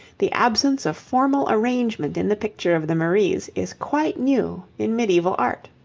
the absence of formal arrangement in the picture of the maries is quite new in medieval art.